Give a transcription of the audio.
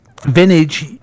Vintage